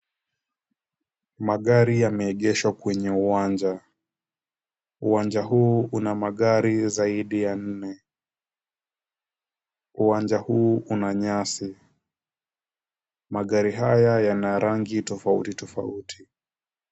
Magari yameegeshwa kwenye uwanja. Uwanja huu una magari zaidi ya nne. Uwanja huu una nyasi. Magari haya yana rangi tofauti tofauti.